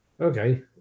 Okay